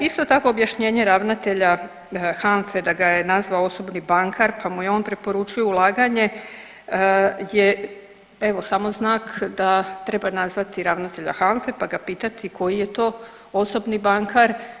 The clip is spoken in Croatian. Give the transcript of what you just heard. Isto tako objašnjenje ravnatelja HANFA-e da ga je nazvao osobni bankar, pa mu je on preporučio ulaganje je evo samo znak da treba nazvati ravnatelja HANFA-e pa ga pitati koji je to osobni bankar.